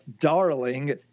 darling